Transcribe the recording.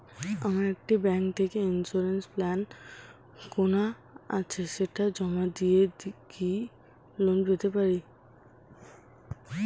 আমার একটি ব্যাংক থেকে ইন্সুরেন্স প্ল্যান কেনা আছে সেটা জমা দিয়ে কি লোন পেতে পারি?